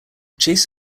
chase